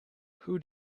who